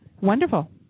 Wonderful